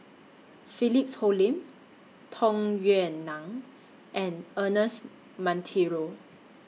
Philip Hoalim Tung Yue Nang and Ernest Monteiro